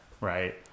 right